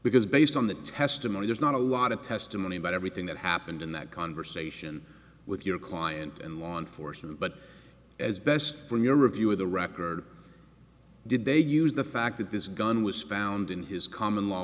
because based on the testimony there's not a lot of testimony about everything that happened in that conversation with your client and law enforcement but as best when your review of the record did they use the fact that this gun was found in his common law